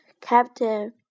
Captain